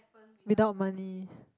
without money